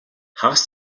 хагас